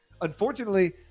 Unfortunately